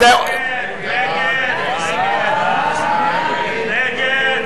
ההסתייגות